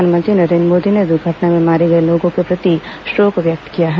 प्रधानमंत्री नरेन्द्र मोदी ने दुर्घटना में मारे गए लोगों के प्रति शोक व्यक्त किया है